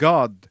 God